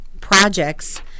projects